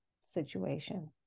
situation